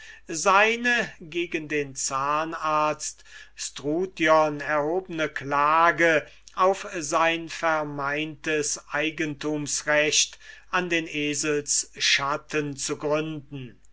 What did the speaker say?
seine gegen den zahnarzt struthion erhobne klage auf sein vermeintes eigentumsrecht an den eselsschatten zu gründen